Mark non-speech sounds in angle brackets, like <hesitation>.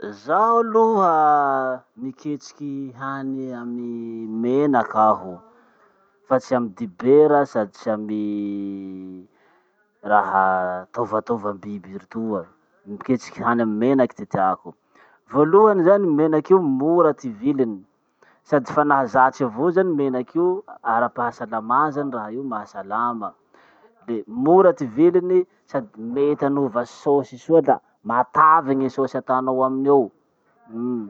Zaho aloha miketriky hany amy menaky aho, fa tsy amy dibera sady tsy amy <hesitation> raha tovatova biby ritoa. Miketriky hany amy menaky ty tiako. Voalohany zany menaky io mora ty viliny. Sady fa nahazatry avao zany menaky io, ara-pahasalamà zany raha io mahasalama. Le mora ty viliny, sady mety anova sôsy soa la matavy gny sôsy ataonao aminy eo. Umh.